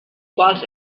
quals